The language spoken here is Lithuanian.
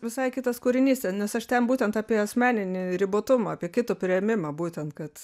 visai kitas kūrinys ten nes aš ten būtent apie asmeninį ribotumą apie kito priėmimą būtent kad